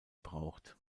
braucht